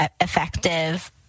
effective